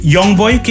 Youngboy